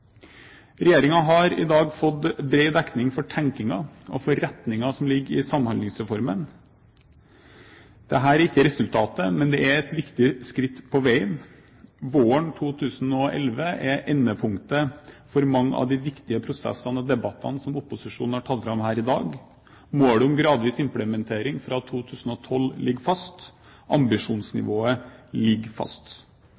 har i dag fått bred dekning for tenkningen og for retningen som ligger i Samhandlingsreformen. Dette er ikke resultatet, men det er et viktig skritt på veien. Våren 2011 er endepunktet for mange av de viktige prosessene og debattene som opposisjonen har tatt fram her i dag. Målet om gradvis implementering fra 2012 ligger fast.